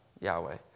Yahweh